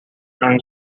han